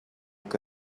que